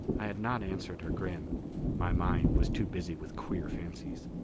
i had not answered her grin my mind was too busy with queer fancies.